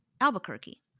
Albuquerque